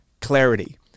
clarity